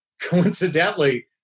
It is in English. coincidentally